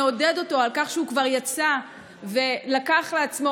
נעודד אותו על כך שהוא כבר יצא ולקח לעצמו